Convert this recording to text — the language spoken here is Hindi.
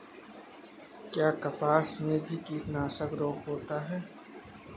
क्या कपास में भी कीटनाशक रोग होता है?